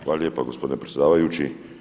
Hvala lijepa gospodine predsjedavajući.